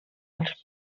als